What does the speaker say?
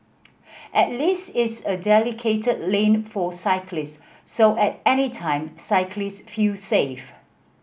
at least it's a dedicated lane for cyclist so at any time cyclist feel safe